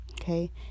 Okay